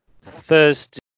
first